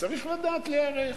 וצריך לדעת להיערך.